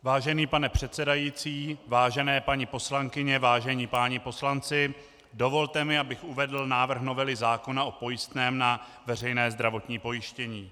Vážený pane předsedající, vážené paní poslankyně, vážení páni poslanci, dovolte mi, abych uvedl návrh novely zákona o pojistném na veřejné zdravotní pojištění.